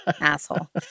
Asshole